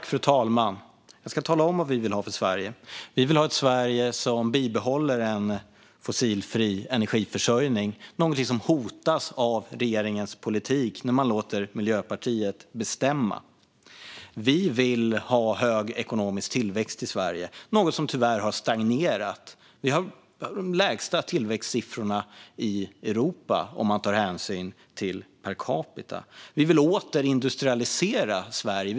Fru talman! Jag ska tala om vad vi vill ha för Sverige. Vi vill ha ett Sverige som bibehåller en fossilfri energiförsörjning, något som hotas av regeringens politik när man låter Miljöpartiet bestämma. Vi vill ha hög ekonomisk tillväxt i Sverige, men tillväxten har tyvärr stagnerat. Sverige har de lägsta tillväxtsiffrorna per capita i Europa. Vi vill återindustrialisera Sverige.